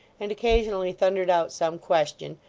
and occasionally thundered out some question,